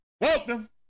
Welcome